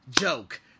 joke